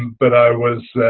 but i was